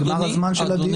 נגמר הזמן של הדיון.